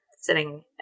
sitting